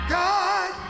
god